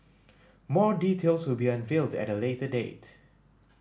more details will be unveiled at a later date